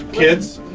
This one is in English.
kids.